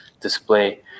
display